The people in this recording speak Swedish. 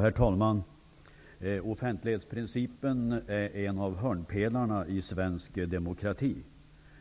Herr talman! Offentlighetsprincipen är en av hörnpelarna i svensk demokrati.